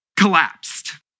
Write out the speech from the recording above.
collapsed